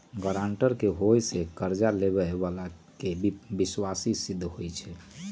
guarantor के होय से कर्जा लेबेय बला के विश्वासी सिद्ध होई छै